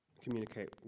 communicate